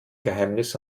geheimnis